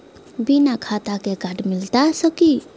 बिना खाता के कार्ड मिलता सकी?